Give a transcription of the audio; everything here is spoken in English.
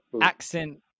accent